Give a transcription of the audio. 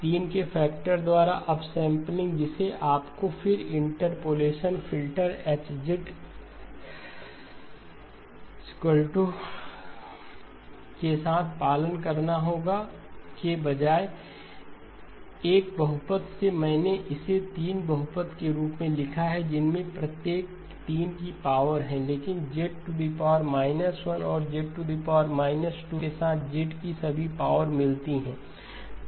3 के फैक्टर द्वारा अपसैंपलिंग जिसे आपको फिर interpolation filter H H0 Z 1H1 Z 2 H2 के साथ पालन करना होगा के बजाय 1 बहुपद सेमैंने इसे 3 बहुपद के रूप में लिखा है जिनमें से प्रत्येक 3 की पावर हैं लेकिन Z 1 और Z 2 के साथ Z की सभी पावर मिलती हैं